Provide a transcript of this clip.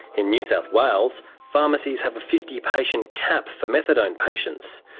in new south wales, pharmacies have a fifty patient cap for methadone patients.